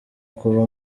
kuba